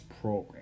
program